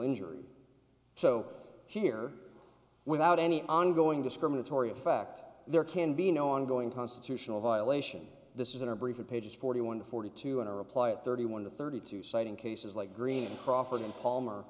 injury so here without any ongoing discriminatory effect there can be no ongoing constitutional violation this isn't a breach of page forty one forty two in a reply at thirty one to thirty two citing cases like green crawford and palmer